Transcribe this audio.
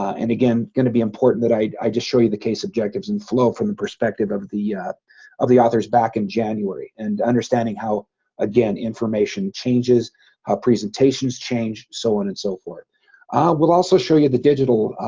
and again going to be important that i i just show you the case objectives and flow from the perspective of the of the authors back in january and understanding how again information changes how presentations change so on and so forth ah, we'll also show you the digital.